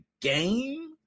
game